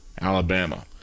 Alabama